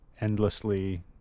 endlessly